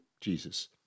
Jesus